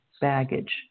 baggage